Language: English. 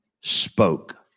spoke